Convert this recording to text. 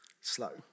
slow